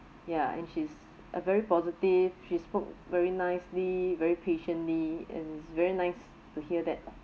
ya and she's a very positive she spoke very nicely very patiently and it's very nice to hear that